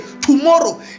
tomorrow